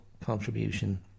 contribution